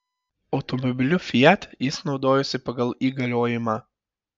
automobiliu fiat jis naudojosi pagal įgaliojimą